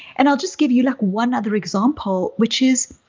and i'll just give you like one other example, which is,